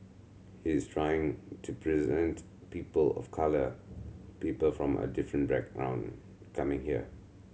he's trying to present people of colour people from a different background coming here